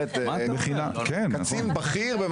קצין בכיר,